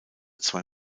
zwei